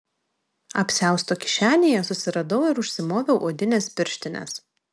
apsiausto kišenėje susiradau ir užsimoviau odines pirštines